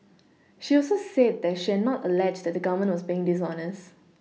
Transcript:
she also said that she had not alleged that the Government was being dishonest